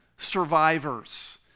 survivors